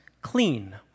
clean